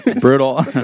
brutal